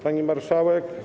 Pani Marszałek!